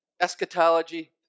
eschatology